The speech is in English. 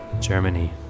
Germany